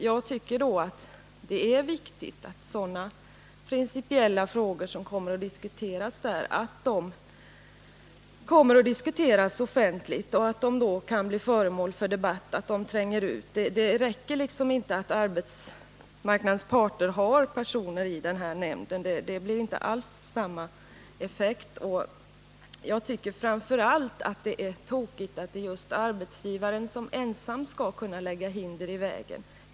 Jag tycker att det är viktigt att sådana principiella frågor, som tas upp där, kan diskuteras offentligt, att de kan tränga ut och bli föremål för debatt. Det räcker inte med att arbetsmarknadens parter har personer i den här nämnden — det blir inte alls samma effekt. Framför allt tycker jag att det är tokigt att arbetsgivaren ensam skall kunna lägga hinder i vägen.